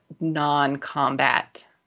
non-combat